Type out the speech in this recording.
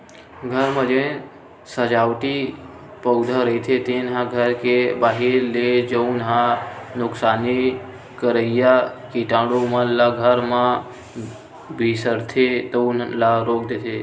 घर म जेन सजावटी पउधा रहिथे तेन ह घर के बाहिर ले जउन ह नुकसानी करइया कीटानु मन ल घर म खुसरथे तउन ल रोक देथे